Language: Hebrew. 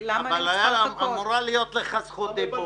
הייתה אמורה להיות לך להיות זכות דיבור.